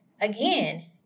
Again